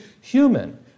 human